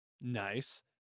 Nice